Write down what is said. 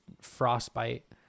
frostbite